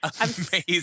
Amazing